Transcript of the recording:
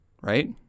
Right